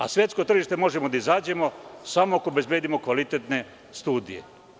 A na svetsko tržište možemo da izađemo samo ako obezbedimo kvalitetne studije.